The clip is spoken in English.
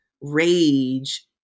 rage